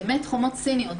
באמת חומות סיניות,